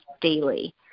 daily